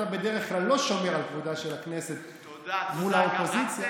בדרך כלל אתה לא שומר על כבודה של הכנסת מול האופוזיציה.